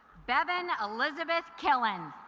bevan elizabeth killin